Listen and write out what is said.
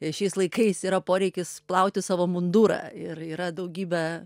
šiais laikais yra poreikis plauti savo mundurą ir yra daugybę